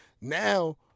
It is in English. Now